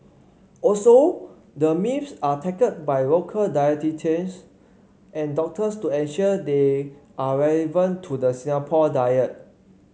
also the myths are tackled by local dietitians and doctors to ensure they are relevant to the Singapore diet